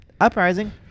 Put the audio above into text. Uprising